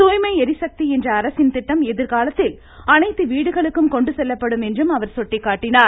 தூய்மை எரிசக்தி என்ற அரசின் திட்டம் எதிர்காலத்தில் அனைத்து வீடுகளுக்கும் கொண்டு செல்லப்படும் என்றும் அவர் சுட்டிக்காட்டினார்